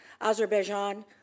Azerbaijan